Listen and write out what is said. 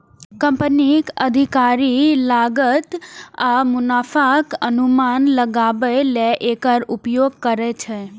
कंपनीक अधिकारी लागत आ मुनाफाक अनुमान लगाबै लेल एकर उपयोग करै छै